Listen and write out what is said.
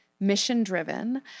mission-driven